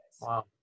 Wow